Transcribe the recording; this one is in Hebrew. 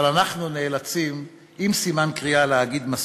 אבל אנחנו נאלצים, עם סימן קריאה, להגיד מספיק: